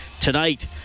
tonight